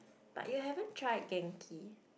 but you haven't tried genki